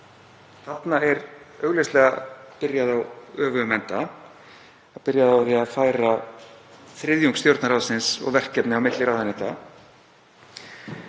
Þarna er augljóslega byrjað á öfugum enda. Það er byrjað á því að færa þriðjung Stjórnarráðsins og verkefni á milli ráðuneyta